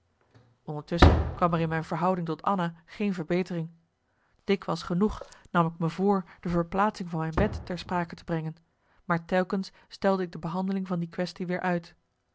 ondertusschen kwam er in mijn verhouding tot anna geen verbetering dikwijls genoeg nam ik me voor de verplaatsing van mijn bed ter sprake te brengen marcellus emants een nagelaten bekentenis maar telkens stelde ik de behandeling van die quaestie weer uit